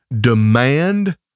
demand